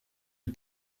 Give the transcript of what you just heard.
aux